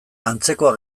antzekoa